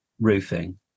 roofing